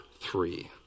three